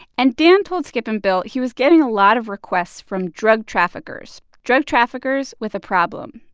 and dan told skip and bill he was getting a lot of requests from drug traffickers, drug traffickers with a problem.